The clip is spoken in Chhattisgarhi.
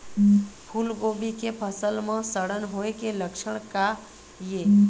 फूलगोभी के फसल म सड़न होय के लक्षण का ये?